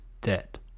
dead